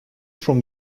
from